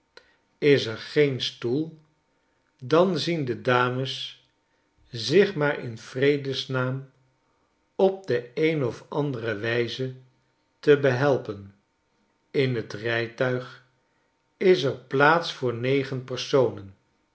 is er geen stoel dan zien de dames zich maar in vredesnaam op de een of andere wijze te behelpen in t rijtuig is er plaats voor negen personen